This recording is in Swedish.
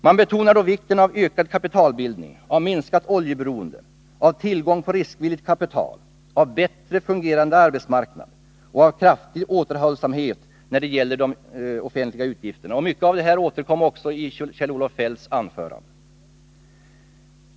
Man betonar då vikten av ökad kapitalbildning, av minskat oljeberoende, av tillgången på riskvilligt kapital, av bättre fungerande arbetsmarknad och av kraftig återhållsamhet när det gäller de offentliga utgifterna. Mycket av det här återkom också i Kjell-Olof Feldts anförande.